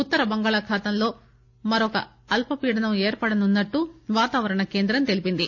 ఉత్తర బంగాళాఖాతంలో మరో అల్సపీడనం ఏర్పడనున్నట్టు వాతావరణ కేంద్రం తెలిపింది